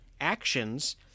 actions